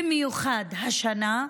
במיוחד השנה,